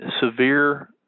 severe